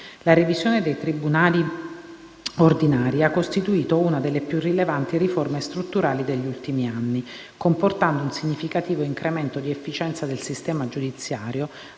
La revisione dei tribunali ordinari ha costituito una delle più rilevanti riforme strutturali degli ultimi anni, comportando un significativo incremento di efficienza del sistema giudiziario